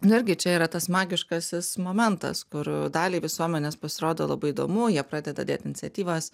nu irgi čia yra tas magiškasis momentas kur daliai visuomenės pasirodė labai įdomu jie pradeda dėt iniciatyvas